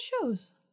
shows